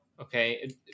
Okay